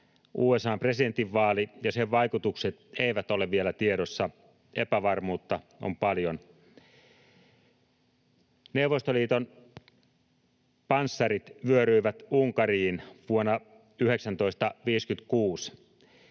USA:n presidentinvaali ja sen vaikutukset eivät ole vielä tiedossa. Epävarmuutta on paljon. Neuvostoliiton panssarit vyöryivät Unkariin vuonna 1956.